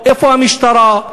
איפה המשטרה?